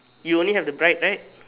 you only have the bride right